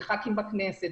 זה ח"כים בכנסת,